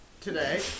today